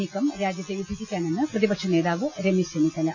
നീക്കം രാജ്യത്തെ വിഭജിക്കാനെന്ന് പ്രതിപക്ഷിനേതാവ് രമേശ് ചെന്നി ത്തല